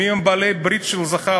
מי הם בעלי הברית של זחאלקה,